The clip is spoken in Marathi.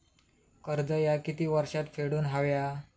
कर्ज ह्या किती वर्षात फेडून हव्या?